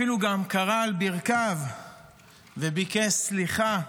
הוא אפילו כרע על ברכיו וביקש סליחה,